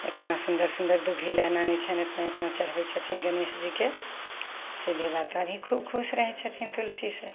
अतना सुन्दर सुन्दर दुभि लए आनय छनि एतना एतना चढ़बय छथिन गणेशजीके से विधाता भी खुब खुश रहय छथिन तुलसीसँ